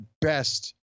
best